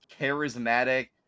charismatic